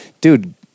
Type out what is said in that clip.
dude